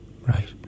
Right